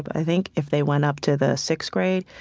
but i think if they went up to the sixth grade,